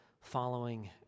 following